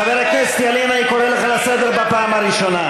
חבר הכנסת ילין, אני קורא אותך לסדר פעם ראשונה.